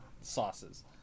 sauces